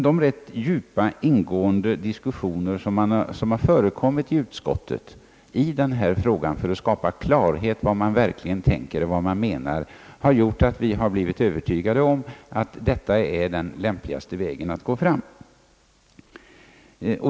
De rätt djupa och ingående diskussioner, som förekommit 1 utskottet i denna fråga för att skapa klarhet i vad man verkligen tänker och menar, har gjort att vi blivit övertygade om att detta är den lämpligaste vägen att gå fram.